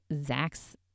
Zach's